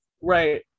Right